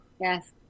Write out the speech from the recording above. yes